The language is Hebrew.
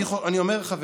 אני אומר: חברים,